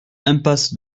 impasse